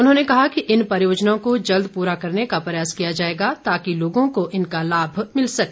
उन्होंने कहा कि इन परियोजनाओं को जल्द पूरा करने का प्रयास किया जाएगा ताकि लोगों को इनका लाभ मिल सके